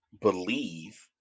believe